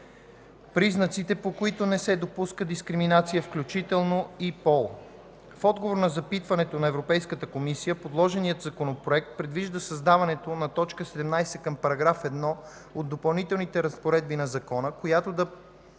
признаците, по които не се допуска дискриминация, включително и „пол”. В отговор на запитването на Европейската комисия предложеният Законопроект предвижда създаването на т. 17 към § 1 от Допълнителните разпоредби на закона, която да